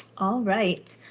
all right.